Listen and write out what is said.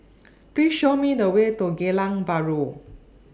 Please Show Me The Way to Geylang Bahru